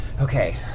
Okay